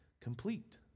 complete